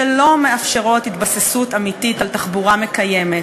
שלא מאפשרות התבססות אמיתית על תחבורה מקיימת,